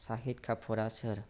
साहिद कापुरा सोर